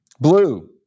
Blue